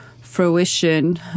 fruition